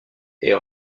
est